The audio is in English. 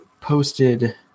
posted